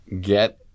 get